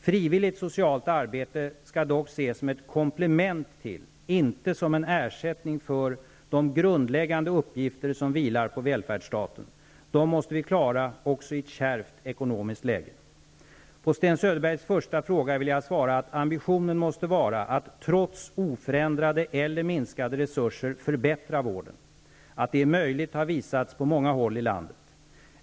Frivilligt socialt arbete skall dock ses som ett komplement till, inte som en ersättning för, de grundläggande uppgifter som vilar på välfärdsstaten. Dem måste vi klara också i ett kärvt ekonomiskt läge. På Sten Söderbergs första fråga vill jag svara att ambitionen måste vara att trots oförändrade eller minskade resurser förbättra vården. Att det är möjligt har visats på många håll i landet.